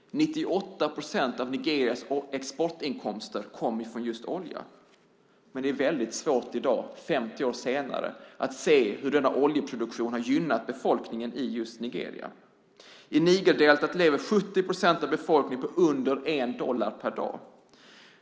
98 procent av Nigerias exportinkomster kommer från just olja. Men det är svårt i dag, 50 år senare, att se hur denna oljeproduktion har gynnat befolkningen i just Nigeria. I Nigerdeltat lever 70 procent av befolkningen på under 1 dollar per dag.